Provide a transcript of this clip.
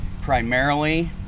Primarily